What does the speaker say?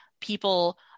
people